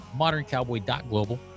moderncowboy.global